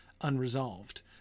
unresolved